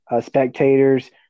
spectators